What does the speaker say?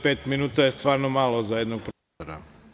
Pet minuta je stvarno malo za jednog profesora.